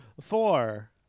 Four